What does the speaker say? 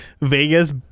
Vegas